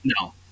No